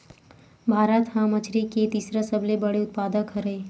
भारत हा मछरी के तीसरा सबले बड़े उत्पादक हरे